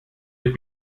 euch